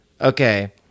Okay